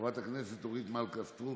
חברת הכנסת אורית מלכה סטרוק,